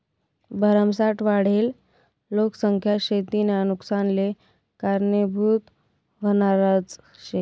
भरमसाठ वाढेल लोकसंख्या शेतीना नुकसानले कारनीभूत व्हनारज शे